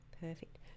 Perfect